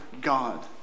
God